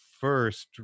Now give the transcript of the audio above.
first